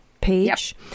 page